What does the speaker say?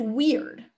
weird